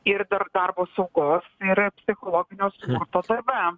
ir dar darbo saugos ir ir psichologinio smurto darbe